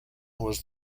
was